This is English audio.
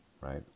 right